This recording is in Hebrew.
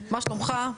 מה שלומך?